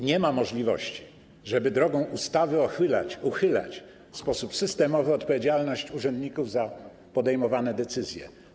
Nie ma możliwości, żeby drogą ustawy uchylać w sposób systemowy odpowiedzialność urzędników za podejmowane decyzje.